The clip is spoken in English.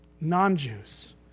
non-Jews